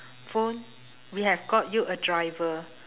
phone we have got you a driver